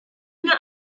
ginge